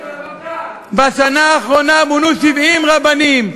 בשנה האחרונה מונו 70 רבנים,